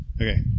Okay